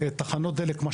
תחנות דלק,